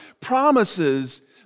Promises